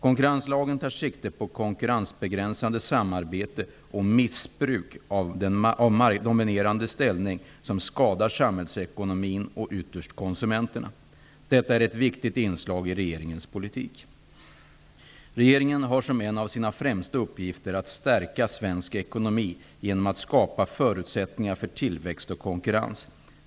Konkurrenslagen tar sikte på konkurrensbegränsande samarbete och missbruk av dominerande ställning som skadar samhällsekonomin och ytterst konsumenterna. Detta är ett viktigt inslag i regeringens politik. Regeringen har som en av sina främsta uppgifter att stärka svensk ekonomi genom att skapa förutsättningar för tillväxt och konkurrens.